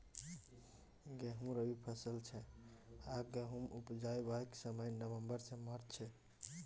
गहुँम रबी फसल छै आ गहुम उपजेबाक समय नबंबर सँ मार्च छै